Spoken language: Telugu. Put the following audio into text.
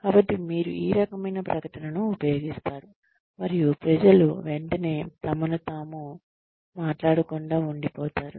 కాబట్టి మీరు ఈ రకమైన ప్రకటనను ఉపయోగిస్తారు మరియు ప్రజలు వెంటనే తమకు తాము మాట్లాడకుండా ఉండిపోతారు